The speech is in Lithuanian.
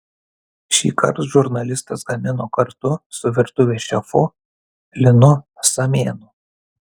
šįkart žurnalistas gamino kartu su virtuvės šefu linu samėnu